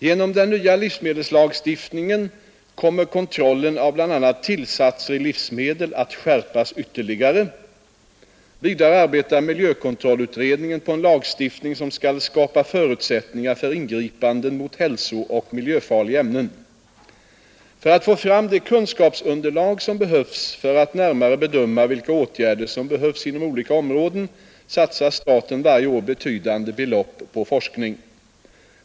Genom den nya livsmedelslagstiftningen kommer kontrollen av bl.a. tillsatser i livsmedel att skärpas ytterligare. Vidare arbetar miljökontrollutredningen på en lagstiftning som skall skapa förutsättningar för ingripanden mot hälsooch miljöfarliga ämnen. För att få fram det kunskapsunderlag som erfordras för att närmare bedöma vilka åtgärder som behövs inom olika områden satsar staten varje år betydande belopp på forskning.